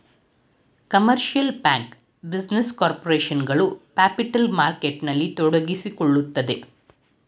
commercial bank, business corporation ಗಳು capital ಮಾರ್ಕೆಟ್ನಲ್ಲಿ ತೊಡಗಿಸಿಕೊಳ್ಳುತ್ತದೆ